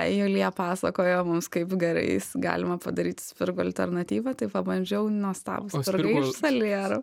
julija pasakojo mums kaip garais galima padaryti spirgų alternatyvą tai pabandžiau nuostabūs spirgai iš saliero